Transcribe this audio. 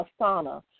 Asana